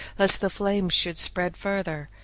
lest the flames should spread further.